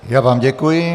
Já vám děkuji.